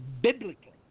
biblically